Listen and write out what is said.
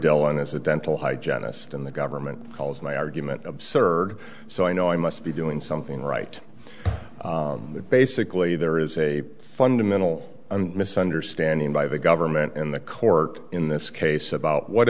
delon as a dental hygienist in the government calls my argument absurd so i know i must be doing something right but basically there is a fundamental misunderstanding by the government in the court in this case about what